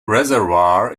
reservoir